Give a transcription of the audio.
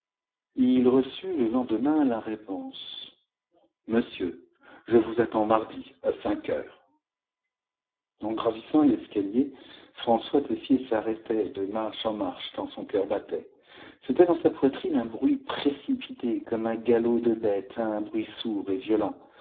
ii reçut le ien jemain la réponse monsieur je vous attends mar ji à cinq heures en gravissant l'escalier françois tessier s'arrêtait de marche en marche tant son cœur battait c'était dans sa poitrine un bruit précipité comme un galop de bête un bruit sour d et violent